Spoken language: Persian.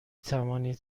توانید